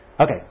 Okay